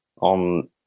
on